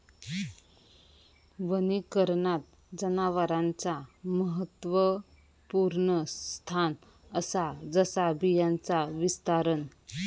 वनीकरणात जनावरांचा महत्त्वपुर्ण स्थान असा जसा बियांचा विस्तारण